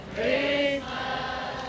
Christmas